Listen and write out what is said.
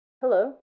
Hello